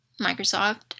Microsoft